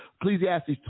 Ecclesiastes